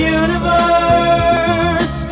universe